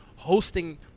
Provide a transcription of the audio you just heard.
Hosting